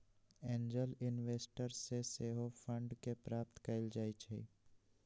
angel investors से सेहो fund के प्राप्त कएल जाइ छइ